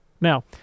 Now